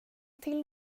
till